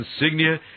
insignia